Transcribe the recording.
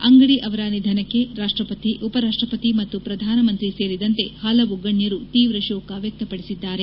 ಅಂಗಡಿ ಅವರ ನಿಧನಕ್ಕೆ ರಾಷ್ಟ್ರಪತಿ ಉಪರಾಷ್ಟ್ರಪತಿ ಮತ್ತು ಪ್ರಧಾನಮಂತ್ರಿ ಸೇರಿದಂತೆ ಹಲವು ಗಣ್ಯರು ತೀವ್ರ ಶೋಕ ವ್ಯಕ್ತಪದಿಸಿದ್ದಾರೆ